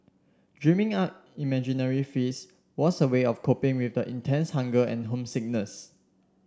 dreaming up imaginary feasts was a way of coping with the intense hunger and homesickness